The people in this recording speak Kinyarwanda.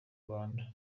rwanda